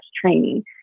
training